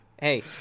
Hey